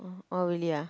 oh really ah